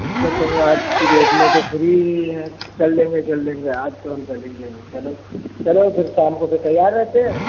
इतने समय आज की डेट में तो फ्री ही हैं चल देंगे चल देंगे आज तो हम चलेंगे ना चलो चलो फिर शाम को फिर तैयार रहते हैं